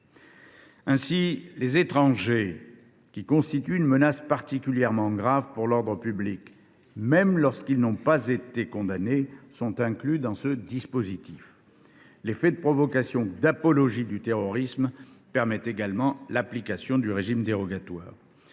Ainsi, les étrangers qui constituent une menace particulièrement grave pour l’ordre public, même lorsqu’ils n’ont pas été condamnés, sont inclus dans ce dispositif. Les faits de provocation ou d’apologie du terrorisme permettent également l’application du régime dérogatoire.